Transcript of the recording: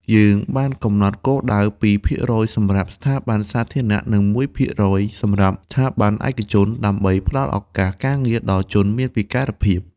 យើងបានកំណត់គោលដៅ ២ ភាគរយសម្រាប់ស្ថាប័នសាធារណៈនិង ១ ភាគរយសម្រាប់ស្ថាប័នឯកជន ដើម្បីផ្តល់ឱកាសការងារដល់ជនមានពិការភាព”។